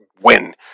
win